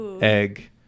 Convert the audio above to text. egg